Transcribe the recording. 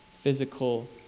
physical